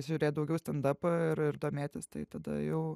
žiūrėt daugiau stendapą ir ir domėtis tai tada jau